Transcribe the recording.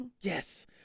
Yes